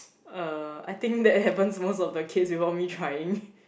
uh I think that happens most of the case without me trying